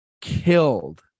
killed